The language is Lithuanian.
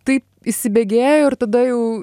tai įsibėgėjo ir tada jau